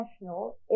National